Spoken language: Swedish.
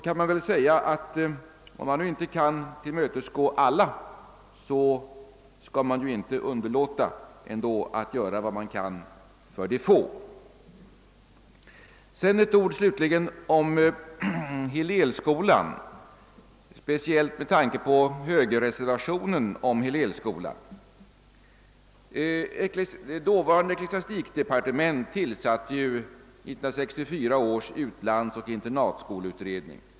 Ja, men om man nu inte kan tillmötesgå alla, så skall man ändå inte underlåta att göra vad man kan för de få. Slutligen ett ord om Hillelskolan, speciellt med tanke på högerreservationen rörande denna skola. Dåvarande ecklesiastikdepartementet tillsatte ju 1964 års utlandsoch internatskoleutredning.